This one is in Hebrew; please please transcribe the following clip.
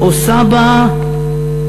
או סבא,